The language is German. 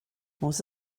muss